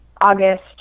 August